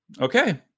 Okay